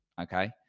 Okay